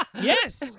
yes